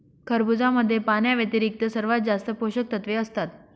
खरबुजामध्ये पाण्याव्यतिरिक्त सर्वात जास्त पोषकतत्वे असतात